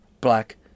black